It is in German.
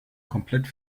komplett